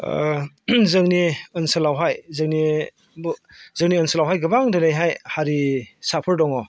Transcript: जोंनि ओनसोलावहाय जोंनि ओनसोलावहाय गोबां दिनैहाय हारिसाफोर दङ